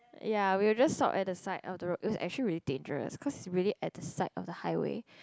ya we will just stop at the side of the road it was actually really dangerous cause really at the side of the highway